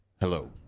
hello